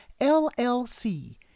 LLC